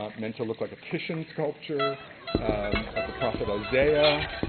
ah meant to look like a titian sculpture of the prophet isaiah,